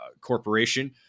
Corporation